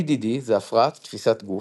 BDD זה הפרעת תפיסת גוף,